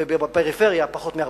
ובפריפריה פחות מ-40%.